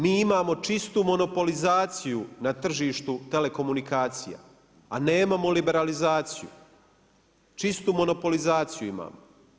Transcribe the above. Mi imamo čistu monopolizaciju na tržištu telekomunikacija, a nemamo liberalizaciju, čistu monopolizaciju imamo.